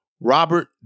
Robert